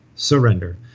Surrender